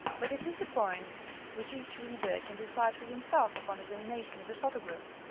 but it is a point which each reader can decide for him self upon examination of the photograph.